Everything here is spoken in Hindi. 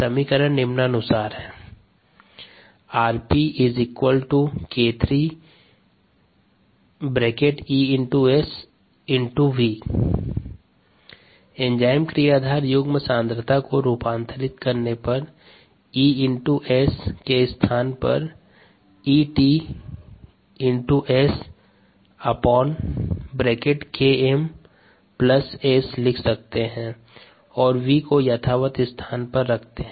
समीकरण निम्नानुसार है rPk3 ES V एंजाइम क्रियाधार युग्म सांद्रता को रूपांतरित करने पर ES के स्थान पर 𝐸𝑡 𝑺 𝒌m 𝑺 लिख सकते है और V यथावत् स्थान रखते है